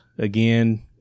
Again